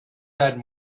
that